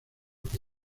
que